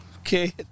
okay